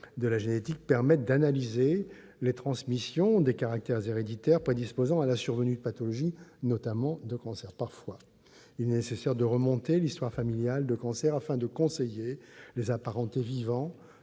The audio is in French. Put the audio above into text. de la génétique permettent d'analyser les transmissions des caractères héréditaires prédisposant à la survenue de pathologies, notamment de cancers. À ce titre, il est parfois nécessaire de remonter le cours de l'histoire familiale, afin de conseiller les apparentés vivants